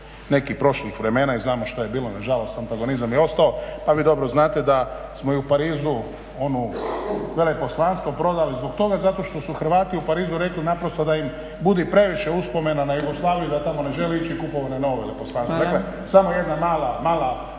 nekih prošlih vremena i znamo što je bilo, nažalost antagonizam je ostao. A vi dobro znate da smo i u Parizu ono veleposlanstvo prodali zbog toga zato što su Hrvati u Parizu rekli naprosto da im budi previše uspomena na Jugoslaviju i da tamo ne žele ići. I kupljeno je novo veleposlanstvo. Dakle, samo jedna mala, mala